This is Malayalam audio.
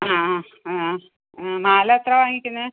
ആ ആ ആ ആ മാല എത്ര വാങ്ങിക്കുന്നത്